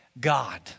God